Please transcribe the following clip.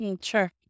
Sure